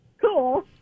cool